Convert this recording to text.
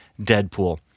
deadpool